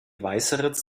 weißeritz